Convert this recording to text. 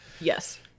yes